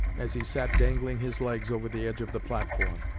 as he sat dangling his legs over the edge of the platform,